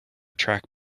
track